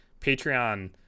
Patreon